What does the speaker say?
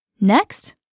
Next